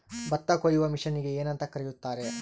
ಭತ್ತ ಕೊಯ್ಯುವ ಮಿಷನ್ನಿಗೆ ಏನಂತ ಕರೆಯುತ್ತಾರೆ?